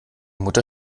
mutter